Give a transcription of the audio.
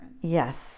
Yes